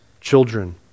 children